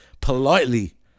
politely